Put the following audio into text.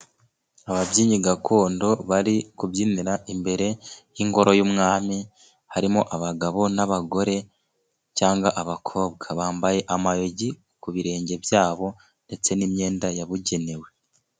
Ababyinnyi gakondo bari kubyinira imbere y'ingoro y'umwami, harimo abagabo n'abagore cyangwa abakobwa, bambaye amayugi ku birenge byabo ndetse n'imyenda yabugenewe.